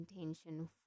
intention